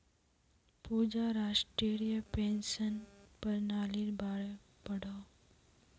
पूजा राष्ट्रीय पेंशन पर्नालिर बारे पढ़ोह